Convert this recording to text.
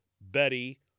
Betty